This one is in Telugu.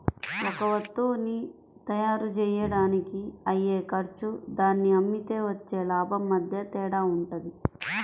ఒక వత్తువుని తయ్యారుజెయ్యడానికి అయ్యే ఖర్చు దాన్ని అమ్మితే వచ్చే లాభం మధ్య తేడా వుంటది